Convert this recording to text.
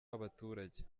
w’abaturage